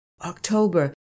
October